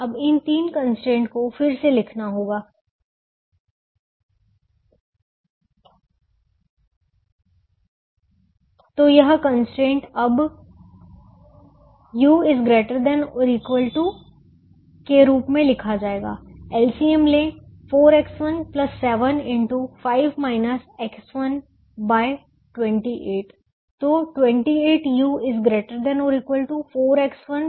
अब इन तीन कंस्ट्रेंट को फिर से लिखना होगा तो यह कंस्ट्रेंट अब u ≥ के रूप में लिखा जाएगा LCM लें4X1 7 x 28